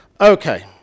Okay